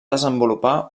desenvolupar